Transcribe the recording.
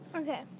Okay